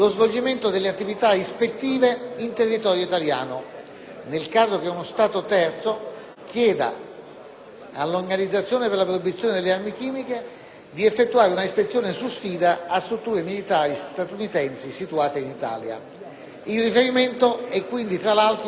all'Organizzazione per la proibizione delle armi chimiche di effettuare una «ispezione su sfida» a strutture militari statunitensi situate in Italia. Il riferimento è, tra l'altro, alle basi di Aviano, Sigonella, «Camp Darby» di Livorno, Bagnoli, La Maddalena